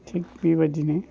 थिख बेबायदिनो